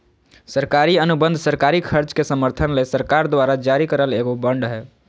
सरकारी अनुबंध सरकारी खर्च के समर्थन ले सरकार द्वारा जारी करल एगो बांड हय